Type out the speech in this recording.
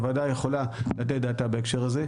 הוועדה יכולה לתת את דעתה בהקשר הזה.